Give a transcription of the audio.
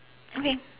okay